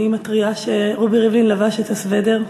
אני מתריעה שרובי ריבלין לבש את הסוודר,